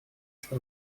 что